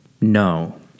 No